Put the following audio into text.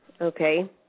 okay